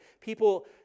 people